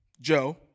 Joe